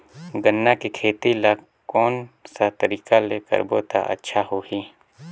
गन्ना के खेती ला कोन सा तरीका ले करबो त अच्छा होही?